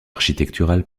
architectural